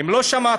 אם לא שמעת,